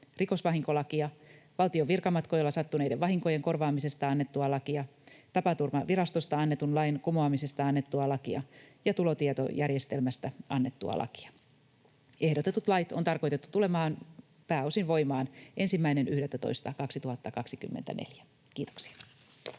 rikosvahinkolakia, valtion virkamatkoilla sattuneiden vahinkojen korvaamisesta annettua lakia, tapaturmavirastosta annetun lain kumoamisesta annettua lakia ja tulotietojärjestelmästä annettua lakia. Ehdotetut lait on tarkoitettu tulemaan pääosin voimaan 1.11.2024. — Kiitoksia.